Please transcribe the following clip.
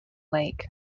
lake